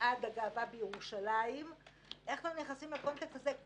הגשתי תלונה פרשת ליצמן.